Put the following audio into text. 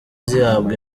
zihabwa